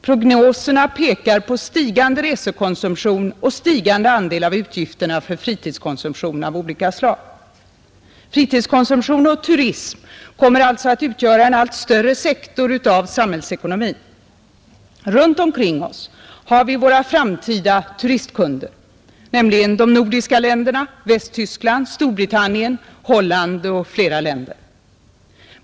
Prognoserna pekar på stigande resekonsumtion och stigande andel av utgifterna för fritidskonsumtion av olika slag. Fritidskonsumtion och turism kommer alltså att utgöra en allt större sektor av samhällsekonomin. Runt omkring oss har vi våra framtida turistkunder, nämligen de nordiska länderna, Västtyskland, Storbritannien, Holland och flera andra länder.